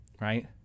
right